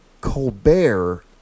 Colbert